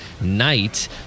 night